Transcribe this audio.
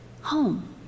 Home